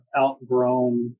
outgrown